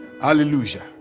Hallelujah